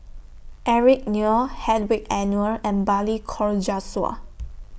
Eric Neo Hedwig Anuar and Balli Kaur Jaswal